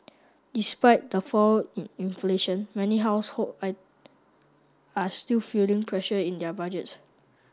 despite the fall in inflation many household I are still feeling pressure in their budgets